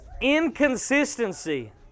inconsistency